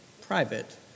private